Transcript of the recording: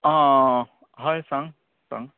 आं हय सांग सांग